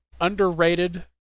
underrated